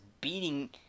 beating